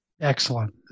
Excellent